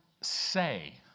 say